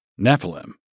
Nephilim